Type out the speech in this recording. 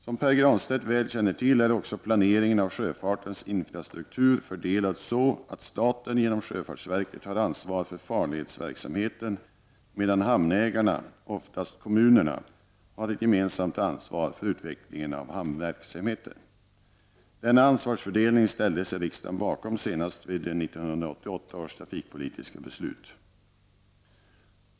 Som Pär Granstedt väl känner till är också planeringen av sjöfartens infrastruktur fördelad så att staten genom sjöfartsverket har ansvar för farledsverksamheten, medan hamnägarna, oftast kommunerna, har ett gemensamt ansvar för utvecklingen av hamnverksamheten. Denna ansvarsfördelning ställde sig riksdagen bakom senast vid 1988 års trafikpolitiska beslut.